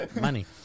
Money